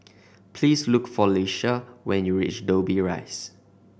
please look for Lisha when you reach Dobbie Rise